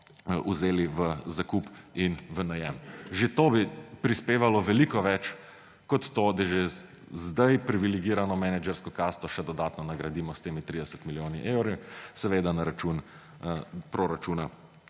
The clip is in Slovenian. vzeli v zakup in v najem. Že to bi prispevalo veliko več kot to, da že sedaj privilegirano menedžersko kasto še dodatno nagradimo s temi 30 milijoni evri, seveda na račun proračuna